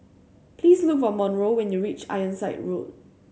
please look for Monroe when you reach Ironside Road